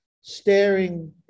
staring